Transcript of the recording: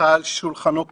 הונחה על שולחנו כטיוטה.